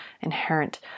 inherent